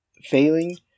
failing